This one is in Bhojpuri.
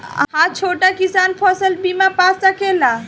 हा छोटा किसान फसल बीमा पा सकेला?